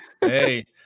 hey